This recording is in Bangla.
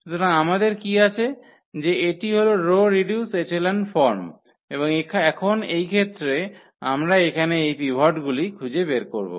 সুতরাং আমাদের কী আছে যে এটি হল রো রিডিউস এচেলন ফর্ম এবং এখন এই ক্ষেত্রে আমরা এখানে এই পিভটগুলি খুঁজে বের করব